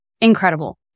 incredible